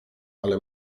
ale